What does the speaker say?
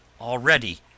already